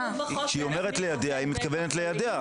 כשהיא אומרת ליידע היא מתכוונת ליידע.